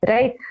Right